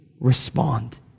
respond